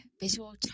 visual